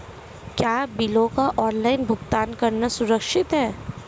क्या बिलों का ऑनलाइन भुगतान करना सुरक्षित है?